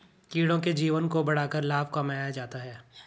कीड़ों के जीवन को बढ़ाकर लाभ कमाया जाता है